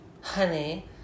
Honey